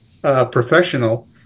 professional